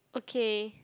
okay